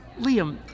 Liam